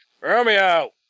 Romeo